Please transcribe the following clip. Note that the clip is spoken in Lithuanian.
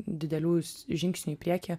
didelių žingsnių į priekį